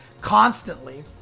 constantly